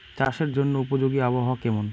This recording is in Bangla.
চাষের জন্য উপযোগী আবহাওয়া কেমন?